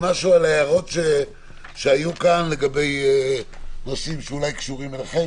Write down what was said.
משהו על ההערות שהיו כאן לגבי נושאים שאולי קשורים אליכם?